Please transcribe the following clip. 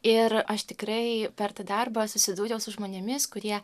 ir aš tikrai per tą darbą susidūriau su žmonėmis kurie